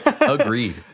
Agreed